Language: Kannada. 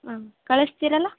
ಹ್ಞೂ ಕಳ್ಸ್ತೀರ ಅಲ್ಲ